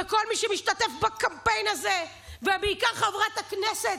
וכל מי שמשתתף בקמפיין הזה, ובעיקר חברת הכנסת,